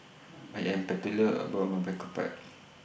I Am particular about My